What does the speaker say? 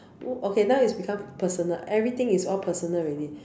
oh okay now is become personal everything is all personal already